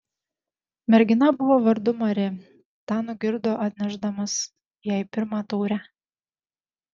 mergina buvo vardu mari tą nugirdo atnešdamas jai pirmą taurę